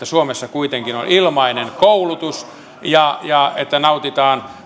suomessa kuitenkin on ilmainen koulutus nautitaan